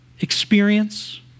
experience